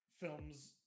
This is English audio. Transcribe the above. films